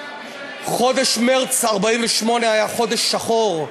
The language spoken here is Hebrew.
חודש מרס 48' היה חודש שחור.